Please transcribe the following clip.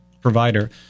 provider